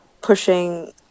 pushing